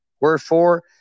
wherefore